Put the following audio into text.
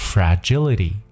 Fragility